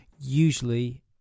Usually